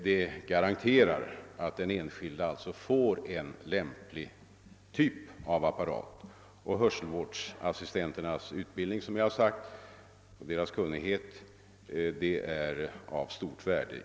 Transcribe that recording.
Den enskilde har då garantier för att få en lämplig typ av apparat, och hörselvårdsassistenternas kunnighet är, som jag sagt, härvidlag av stort värde.